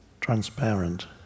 transparent